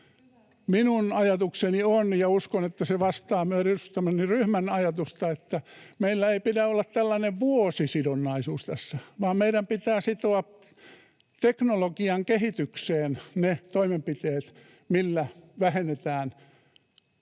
Minun ajatukseni on — ja uskon, että se vastaa myös edustamani ryhmän ajatusta — että meillä ei pidä olla tällaista vuosisidonnaisuutta tässä vaan meidän pitää sitoa teknologian kehitykseen ne toimenpiteet, millä vähennetään